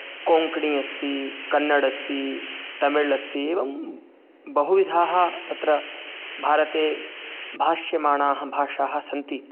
कोङ्कणी अस्ति कन्नड अस्ति तमिल् अस्ति एवं बहुविधाः तत्र भारते भाष्यमाणाः भाषाः सन्ति